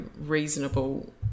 reasonable